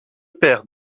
père